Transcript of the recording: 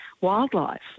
wildlife